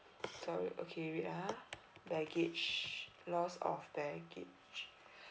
story okay wait ah baggage lost of baggage